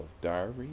Diary